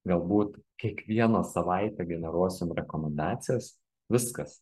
galbūt kiekvieną savaitę generuos jum rekomendacijas viskas